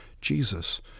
Jesus